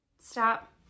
Stop